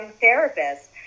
therapist